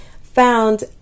found